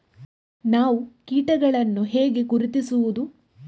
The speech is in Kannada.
ನಾವು ಕೀಟಗಳನ್ನು ಹೇಗೆ ಗುರುತಿಸುವುದು?